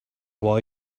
while